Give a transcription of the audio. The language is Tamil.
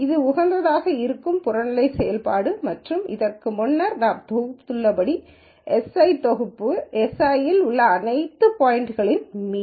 இது உகந்ததாக இருக்கும் புறநிலை செயல்பாடு மற்றும் இதற்கு முன்னர் நாம் குறிப்பிட்டுள்ளபடிi i தொகுப்பு s i இல் உள்ள அனைத்து பாய்ன்ட்களின் மீன்